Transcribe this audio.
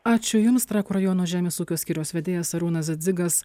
ačiū jums trakų rajono žemės ūkio skyriaus vedėjas arūnas dzigas